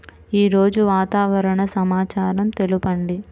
ఈరోజు వాతావరణ సమాచారం తెలుపండి